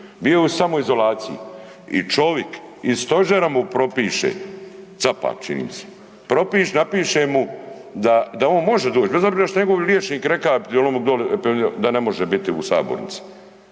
bio u samoizolaciji i čovik iz stožera mu propiše, Capak čini mi se, propiše, napiše mu da, da on može doć bez obzira što je njegov liječnik reka da ne može biti u sabornici